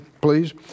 please